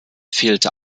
fehlte